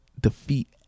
defeat